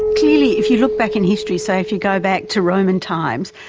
clearly if you look back in history, say if you go back to roman times,